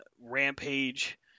rampage